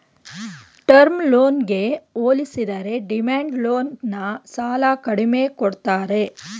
term ಲೋನ್ಗೆ ಹೋಲಿಸಿದರೆ demand loan ನ ಸಾಲ ಕಡಿಮೆ ಕೊಡ್ತಾರೆ